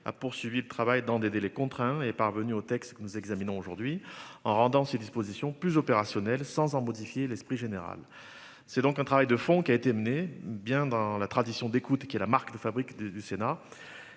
a poursuivi le travail dans des délais contraints est parvenu au texte que nous examinons aujourd'hui en rendant ces dispositions plus opérationnel, sans en modifier l'esprit général. C'est donc un travail de fond qui a été menée bien dans la tradition d'écoute qui est la marque de fabrique de du Sénat.